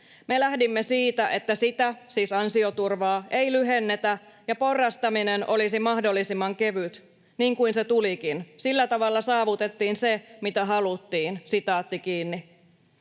”Me lähdimme siitä, että sitä” — siis ansioturvaa — ”ei lyhennetä ja porrastaminen olisi mahdollisimman kevyt, niin kuin se tulikin. Sillä tavalla saavutettiin se, mitä haluttiin.” Jälleen kerran